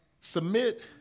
submit